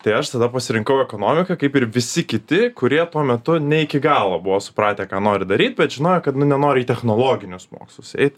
tai aš tada pasirinkau ekonomiką kaip ir visi kiti kurie tuo metu ne iki galo buvo supratę ką nori daryt bet žinojo kad nu nenori į technologinius mokslus eit